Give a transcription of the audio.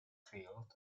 field